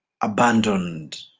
abandoned